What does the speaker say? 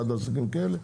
אחת לכאלה.